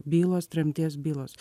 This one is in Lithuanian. bylos tremties bylos